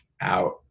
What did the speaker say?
out